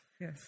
Yes